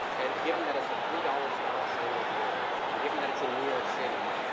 and given that it's a three dollar star sign restaurant, and given that it's in new york city,